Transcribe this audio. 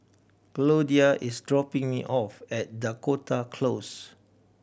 Goldia is dropping me off at Dakota Close